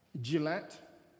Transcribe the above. Gillette